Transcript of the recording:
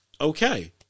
okay